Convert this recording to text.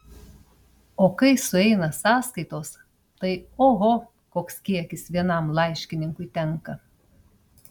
o kai sueina sąskaitos tai oho koks kiekis vienam laiškininkui tenka